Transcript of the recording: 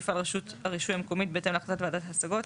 תפעל רשות הרישוי המקומית בהתאם להחלטת ועדת ההשגות,